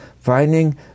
finding